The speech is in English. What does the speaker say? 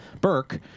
Burke